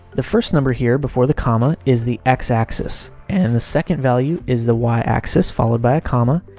the first number here before the comma is the x axis, and the second value is the y axis, followed by a comma,